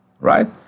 right